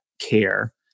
care